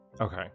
Okay